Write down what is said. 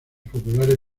populares